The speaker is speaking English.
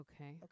Okay